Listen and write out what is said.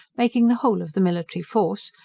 making the whole of the military force,